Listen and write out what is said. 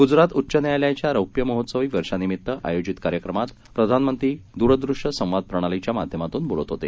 गुजरातउच्चन्यायालयाच्यारौप्यमहोत्सवीवर्षानिमित्तआयोजितकार्यक्रमातप्रधानमंत्रीदूरदृश्यसंवादप्रणालीच्यामाध्यमातूनबोलतहोते